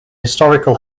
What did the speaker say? historical